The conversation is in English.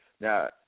Now